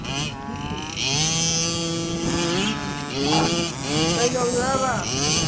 ꯍꯨꯝ ꯀꯩ ꯂꯧꯒꯦ ꯍꯥꯏꯕ